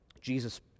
Jesus